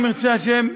אם ירצה השם,